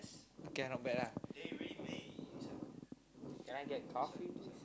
can not bad lah can I get coffee